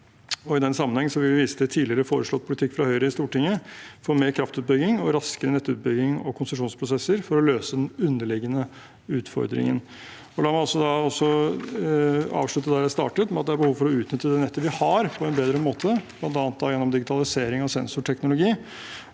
I den sammenheng vil vi vise til tidligere foreslått politikk fra Høyre i Stortinget for mer kraftutbygging og raskere nettutbygging og konsesjonsprosesser for å løse den underliggende utfordringen. La meg avslutte der jeg startet, med at det er behov for å utnytte det nettet vi har, på en bedre måte, bl.a. gjennom digitalisering av sensorteknologi.